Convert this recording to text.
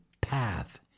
path